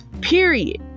period